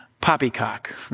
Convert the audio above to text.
poppycock